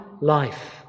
life